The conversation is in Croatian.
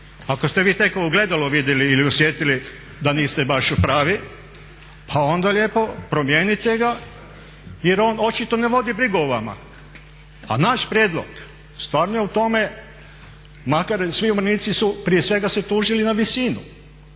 Ako ste vi tek u ogledalu vidjeli ili osjetili da niste baš pravi pa onda lijepo promijenite ga jer on očito ne vodi brigu o vama. A naš prijedlog stvarno je u tome makar svi umirovljenici su prije svega se tužili na visinu,